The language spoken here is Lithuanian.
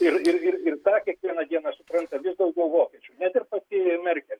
ir ir ir ir tą kiekvieną dieną supranta vis daugiau vokiečių net ir pati merkel